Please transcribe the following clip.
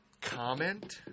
comment